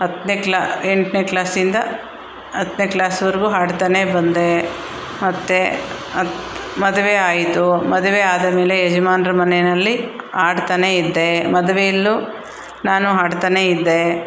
ಹತ್ತನೆ ಕ್ಲಾ ಎಂಟನೆ ಕ್ಲಾಸಿಂದ ಹತ್ನೆ ಕ್ಲಾಸ್ವರೆಗೂ ಹಾಡ್ತ ಬಂದೇ ಮತ್ತು ಮದುವೆ ಆಯಿತು ಮದುವೆ ಆದ ಮೇಲೆ ಯಜ್ಮಾನ್ರ ಮನೆಯಲ್ಲಿ ಹಾಡ್ತ ಇದ್ದೆ ಮದುವೆಲ್ಲೂ ನಾನು ಹಾಡ್ತ ಇದ್ದೆ